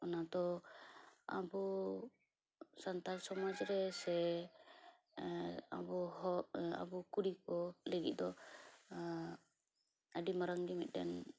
ᱚᱱᱟ ᱫᱚ ᱟᱵᱚ ᱥᱟᱱᱛᱟᱲ ᱥᱚᱢᱟᱡᱽ ᱨᱮ ᱥᱮ ᱟᱵᱚ ᱦᱚ ᱟᱵᱚ ᱠᱩᱲᱤ ᱠᱚ ᱞᱟᱹᱜᱤᱫ ᱫᱚ ᱟᱹᱰᱤ ᱢᱟᱨᱟᱝ ᱜᱮ ᱢᱤᱫᱴᱮᱱ